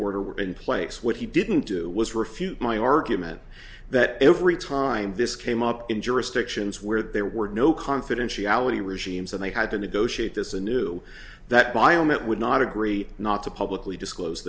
were in place what he didn't do was refute my argument that every time this came up in jurisdictions where there were no confidentiality regimes and they had to negotiate this a new that biomet would not agree not to publicly disclose